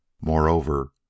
Moreover